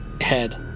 Head